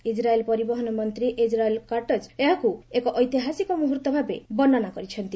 ଇଚ୍ଚାଏଲ୍ ପରିବହନ ମନ୍ତ୍ରୀ Israel Katz ଏହାକୁ ଏକ ଐତିହାସିକ ମୁହୂର୍ତ୍ତ ଭାବେ ବର୍ଷ୍ଣନା କରିଛନ୍ତି